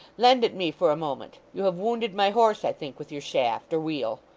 lend it me for a moment. you have wounded my horse, i think, with your shaft or wheel